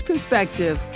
perspective